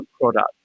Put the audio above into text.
product